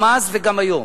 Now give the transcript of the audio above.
גם אז וגם היום